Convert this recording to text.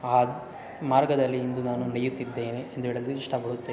ಆ ಮಾರ್ಗದಲ್ಲಿ ಇಂದು ನಾನು ನಡೆಯುತ್ತಿದ್ದೇನೆ ಎಂದು ಹೇಳಲು ಇಷ್ಟಪಡುತ್ತೆ